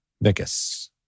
Vicus